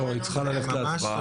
לא, היא צריכה ללכת להצבעה.